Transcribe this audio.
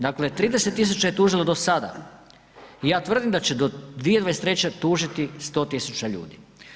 Dakle 30.000 je tužilo do sada i ja tvrdim da će do 2023. tužiti 100.000 ljudi.